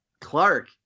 Clark